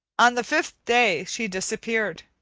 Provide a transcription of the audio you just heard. on the fifth day she disappeared.